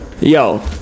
Yo